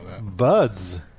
buds